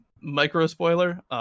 micro-spoiler